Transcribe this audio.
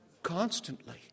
Constantly